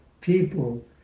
people